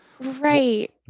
Right